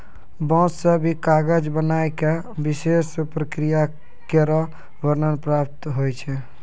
बांस सें भी कागज बनाय क विशेष प्रक्रिया केरो वर्णन प्राप्त होय छै